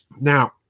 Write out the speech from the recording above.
Now